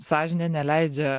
sąžinė neleidžia